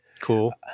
Cool